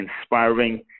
inspiring